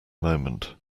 moment